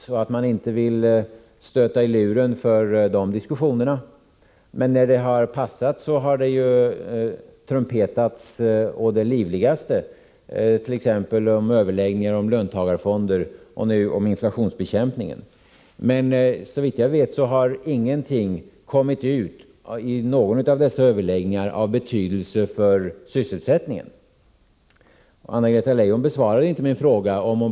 Hon säger att hon inte vill blåsa i luren för de diskussionerna. Men när det har passat har det trumpetats å det livligaste, t.ex. angående överläggningar om löntagarfonder och nu om inflationsbekämpningen. Såvitt jag vet har inget resultat av betydelse för sysselsättningen kommit fram vid någon av dessa överläggningar. Anna-Greta Leijon besvarade inte min fråga.